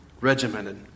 regimented